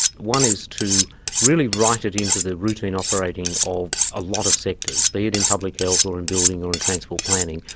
one is to really write it into the routine operating of a lot of sectors. be it in public health or in building or in transport planning,